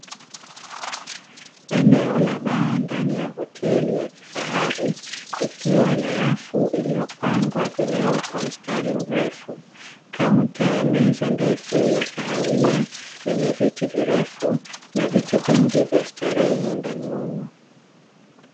Eneo la baa ndani ya hoteli ya kifahari, ikiwa na rafu iliyopangwa vileo kwa mstari mrefu, kaunta ya meza ndefu ya kahawia, yenye viti virefu, na viti vingi vya starehe ndani humo..